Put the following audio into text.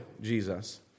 Jesus